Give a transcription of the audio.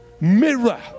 mirror